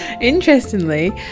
Interestingly